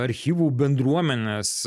archyvų bendruomenės